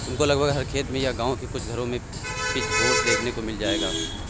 तुमको लगभग हर खेत में या गाँव के कुछ घरों में पिचफोर्क देखने को मिल जाएगा